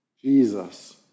Jesus